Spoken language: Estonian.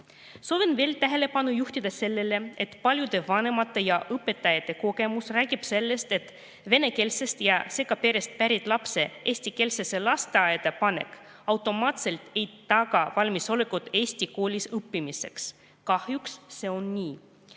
Soovin veel tähelepanu juhtida sellele, et paljude vanemate ja õpetajate kogemus räägib sellest, et venekeelsest või segaperest pärit lapse eestikeelsesse lasteaeda panek automaatselt ei taga valmisolekut eesti koolis õppimiseks. Kahjuks see on nii.